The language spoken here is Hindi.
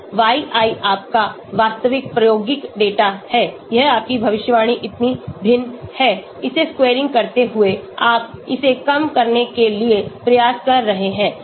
yi आपका वास्तविक प्रायोगिक डेटा है यह आपकी भविष्यवाणी इतनी भिन्न है इसे squaring करते हुए आप इसे कम करने के लिए प्रयास कर रहे हैं